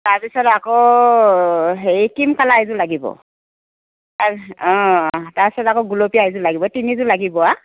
তাৰপিছত আকৌ হেৰি ক্ৰিম কালাৰৰ এযোৰ লাগিব অ তাৰপিছত আকৌ গুলপীয়া এযোৰ লাগিব তিনিযোৰ লাগিব আৰু